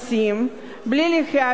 בלי לשלם מסים,